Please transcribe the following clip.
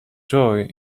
joy